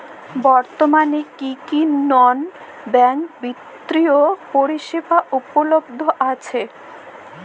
বর্তমানে কী কী নন ব্যাঙ্ক বিত্তীয় পরিষেবা উপলব্ধ আছে?